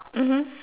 mmhmm